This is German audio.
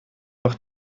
doch